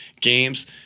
games